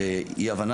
הבנה.